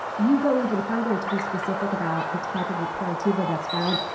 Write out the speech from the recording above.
you go even further to be specific about the type of aperitivo that's found,